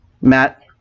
Matt